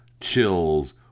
chills